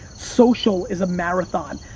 social is a marathon,